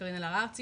אלהרר ציינה,